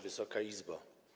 Wysoka Izbo!